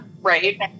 Right